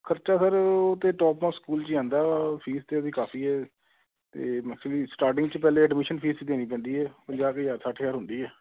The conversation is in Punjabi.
ਖਰਚਾ ਸਰ ਉਹ ਤਾਂ ਟੋਪ ਦਾ ਸਕੂਲ 'ਚ ਜਾਂਦਾ ਫੀਸ ਤਾਂ ਉਹਦੀ ਕਾਫ਼ੀ ਹੈ ਅਤੇ ਮਤਲਬ ਕਿ ਸਟਾਰਟਿੰਗ 'ਚ ਪਹਿਲੇ ਐਡਮੀਸ਼ਨ ਫੀਸ ਦੇਣੀ ਪੈਂਦੀ ਹੈ ਪੰਜਾਹ ਕੁ ਹਜ਼ਾਰ ਸੱਠ ਹਜ਼ਾਰ ਹੁੰਦੀ ਹੈ